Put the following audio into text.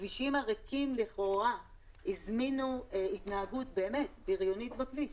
הכבישים הריקים לכאורה הזמינו התנהגות בריונית בכביש.